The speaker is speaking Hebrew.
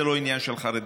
זה לא עניין של חרדים,